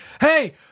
Hey